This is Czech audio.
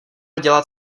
dělat